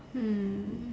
mm